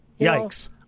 Yikes